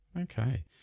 Okay